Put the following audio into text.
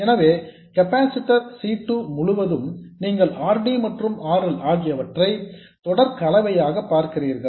எனவே capacitor C 2 முழுவதும் நீங்கள் R D மற்றும் R L ஆகியவற்றை தொடர் கலவையாக பார்க்கிறீர்கள்